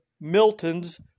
Milton's